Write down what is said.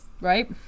Right